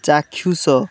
ଚାକ୍ଷୁଷ